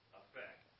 effect